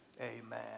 Amen